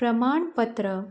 प्रमाणपत्र